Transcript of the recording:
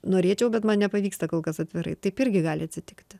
norėčiau bet man nepavyksta kol kas atvirai taip irgi gali atsitikti